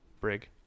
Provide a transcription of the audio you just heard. Brig